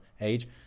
age